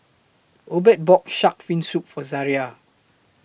Obed bought Shark's Fin Soup For Zariah